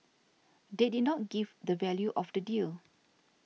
they did not give the value of the deal